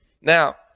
now